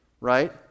right